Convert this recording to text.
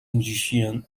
musician